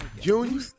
Junior